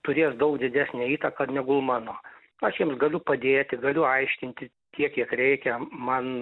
turės daug didesnę įtaką negu mano aš jiems galiu padėti galiu aiškinti tiek kiek reikia man